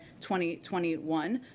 2021